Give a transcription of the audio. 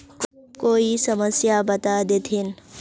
कोई समस्या बता देतहिन?